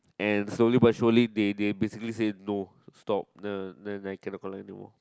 and slowly by slowly they they basically say no stop then then I cannot collect anymore